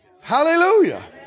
hallelujah